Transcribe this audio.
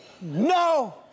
No